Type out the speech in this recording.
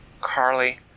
Carly